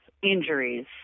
injuries